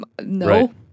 No